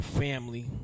family